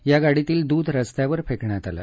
या गाडीतील दूध रस्त्या वर फेकण्यात आलं